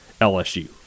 LSU